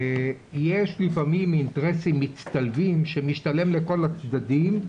יש לפעמים אינטרסים מצטלבים שמשתלם לכל הצדדים,